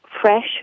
fresh